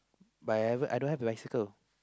but I I don't have a bicycle